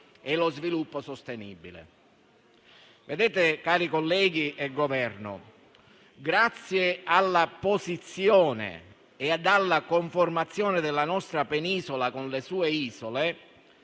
e lo sviluppo sostenibile. Cari colleghi e Governo, grazie alla posizione e alla conformazione della nostra penisola con le sue isole,